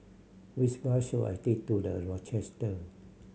which bus should I take to The Rochester